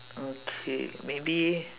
okay maybe